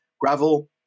gravel